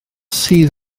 sydd